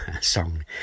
song